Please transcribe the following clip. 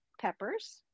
peppers